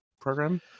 Program